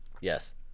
Yes